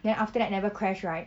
then after that never crash right